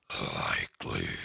Likely